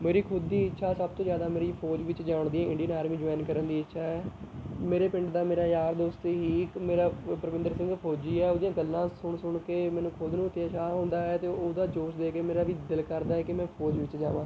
ਮੇਰੀ ਖੁਦ ਦੀ ਇੱਛਾ ਸਭ ਤੋਂ ਜ਼ਿਆਦਾ ਮੇਰੀ ਫੌਜ ਵਿੱਚ ਜਾਣ ਦੀ ਇੰਡੀਅਨ ਆਰਮੀ ਜੋਆਇਨ ਕਰਨ ਦੀ ਇੱਛਾ ਹੈ ਮੇਰੇ ਪਿੰਡ ਦਾ ਮੇਰਾ ਯਾਰ ਦੋਸਤ ਹੀ ਮੇਰਾ ਪਰਵਿੰਦਰ ਸਿੰਘ ਫੌਜੀ ਹੈ ਉਹਦੀਆਂ ਗੱਲਾਂ ਸੁਣ ਸੁਣ ਕੇ ਮੈਨੂੰ ਖੁਦ ਨੂੰ ਉਤਸ਼ਾਹ ਹੁੰਦਾ ਹੈ ਅਤੇ ਉਸਦਾ ਜੋਸ਼ ਦੇਖ ਕੇ ਮੇਰਾ ਵੀ ਦਿਲ ਕਰਦਾ ਹੈ ਕਿ ਮੈਂ ਫੌਜ ਵਿੱਚ ਜਾਵਾਂ